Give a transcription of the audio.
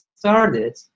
started